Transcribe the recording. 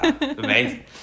amazing